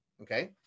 okay